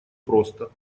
просто